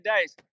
days